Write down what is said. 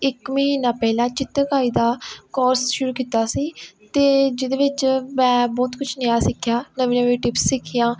ਇੱਕ ਮਹੀਨਾ ਪਹਿਲਾਂ ਚਿਤਰਕਾਰੀ ਦਾ ਕੋਰਸ ਸ਼ੁਰੂ ਕੀਤਾ ਸੀ ਅਤੇ ਜਿਹਦੇ ਵਿੱਚ ਮੈਂ ਬਹੁਤ ਕੁਛ ਨਿਆ ਸਿੱਖਿਆ ਨਵੀਂ ਨਵੀਂ ਟਿਪਸ ਸਿੱਖੀਆਂ